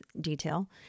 detail